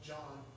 John